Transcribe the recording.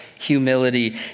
humility